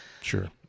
sure